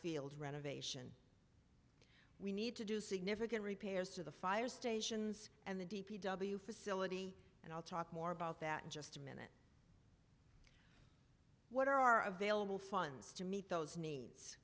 field renovation we need to do significant repairs to the fire stations and the d p w facility and i'll talk more about that in just a minute what are our available funds to meet those needs